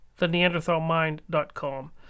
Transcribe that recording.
theneanderthalmind.com